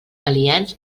aliens